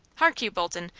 hark you, bolton,